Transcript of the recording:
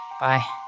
Bye